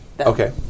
Okay